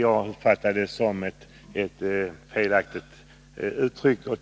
Jag uppfattar det som en felsägning.